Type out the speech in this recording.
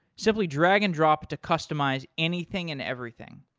simply drag and drop to customize anything and everything.